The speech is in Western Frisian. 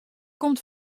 komt